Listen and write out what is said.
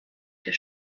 der